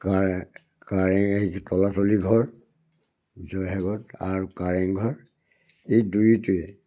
কাৰেং এই তলাতল ঘৰ জয়সাগৰত আৰু কাৰেংঘৰ এই দুয়োটোৱে